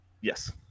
Yes